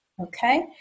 Okay